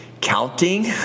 counting